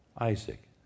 Isaac